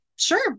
Sure